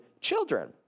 children